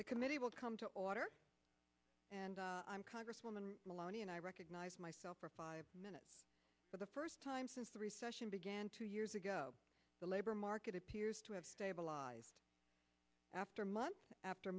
the committee will come to order and i'm congresswoman maloney and i recognize myself for five minutes for the first time since the recession began two years ago the labor market appears to have stabilized after month after